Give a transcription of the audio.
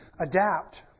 adapt